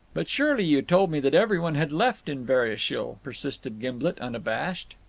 but surely you told me that every one had left inverashiel, persisted gimblet, unabashed.